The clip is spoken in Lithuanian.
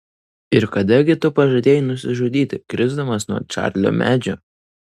ir kada gi tu pažadėjai nusižudyti krisdamas nuo čarlio medžio